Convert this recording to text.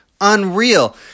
unreal